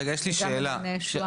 וגם במעייני הישועה.